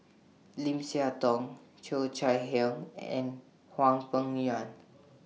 Lim Siah Tong Cheo Chai Hiang and Hwang Peng Yuan